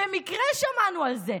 במקרה שמענו על זה,